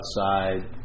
outside